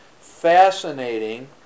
fascinating